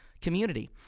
Community